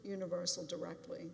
universal directly